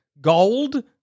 gold